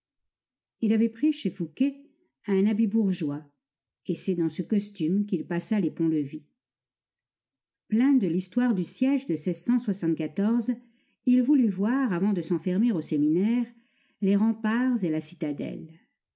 il avait pris chez fouqué un habit bourgeois et c'est dans ce costume qu'il passa les ponts-levis plein de l'histoire du siège de il voulut voir avant de s'enfermer au séminaire les remparts et la citadelle